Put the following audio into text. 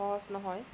সহজ নহয়